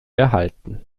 erhalten